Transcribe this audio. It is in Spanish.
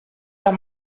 las